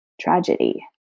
tragedy